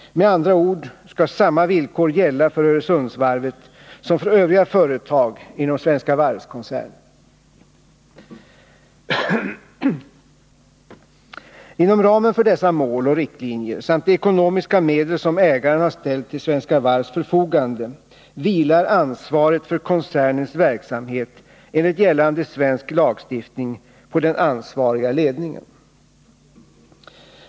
Med andra ord skall samma villkor gälla för Öresundsvarvet som för övriga företag inom Svenska Varv-koncernen. Inom ramen för dessa mål och riktlinjer samt de ekonomiska medel som ägaren har ställt till Svenska Varvs förfogande vilar ansvaret för koncernens verksamhet enligt gällande svensk lagstiftning på den ansvariga ledningen.